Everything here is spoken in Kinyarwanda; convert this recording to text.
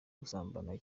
gusambana